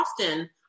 often